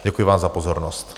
Děkuji vám za pozornost.